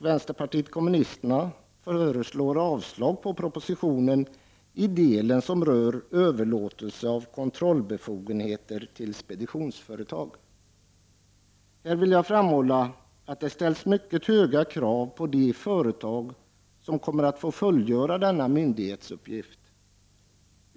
Här vill jag framhålla att det ställs mycket höga krav på de företag som kommer att få fullgöra denna myndighetsuppgift.